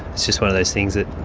it's just one of those things that,